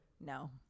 No